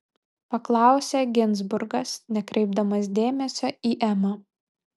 paklausė ginzburgas nekreipdamas dėmesio į emą